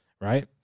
right